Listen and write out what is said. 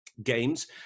games